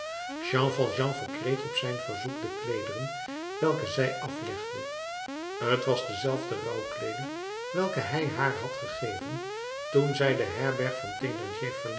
jean valjean verkreeg op zijn verzoek de kleederen welke zij aflegde t was dezelfde rouwkleeding welke hij haar had gegeven toen zij de herberg van